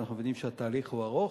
ואנחנו מבינים שהתהליך הוא ארוך.